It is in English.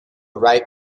write